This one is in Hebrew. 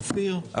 אופיר,